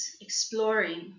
exploring